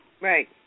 Right